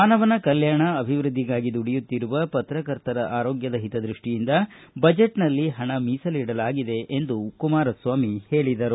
ಮಾನವನ ಕಲ್ಕಾಣ ಅಬಿವೃದ್ಧಿಗಾಗಿ ದುಡಿಯುತ್ತಿರುವ ಪತ್ರಕರ್ತರ ಆರೋಗ್ಕ ಹಿತದೃಷ್ಷಿಯಿಂದ ಬಜೆಟ್ನಲ್ಲಿ ಪಣ ಮೀಸಲಿಡಲಾಗಿದೆ ಎಂದು ಕುಮಾರಸ್ವಾಮಿ ಹೇಳಿದರು